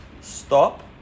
stop